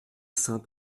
saint